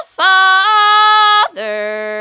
father